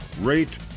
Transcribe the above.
rate